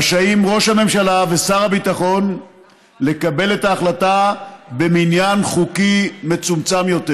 רשאים ראש הממשלה ושר הביטחון לקבל את ההחלטה במניין חוקי מצומצם יותר.